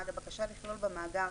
(1)הבקשה לכלול במאגר